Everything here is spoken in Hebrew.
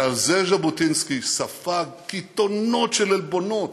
ועל זה ז'בוטינסקי ספג קיתונות של עלבונות,